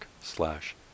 slash